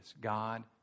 God